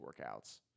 workouts